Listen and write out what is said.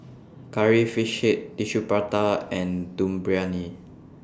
Curry Fish Head Tissue Prata and Dum Briyani